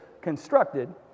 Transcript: constructed